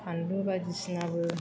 बानलु बायदिसिनाबो